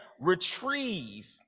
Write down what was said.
retrieve